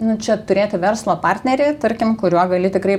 nu čia turėti verslo partnerį tarkim kuriuo gali tikrai